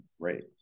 great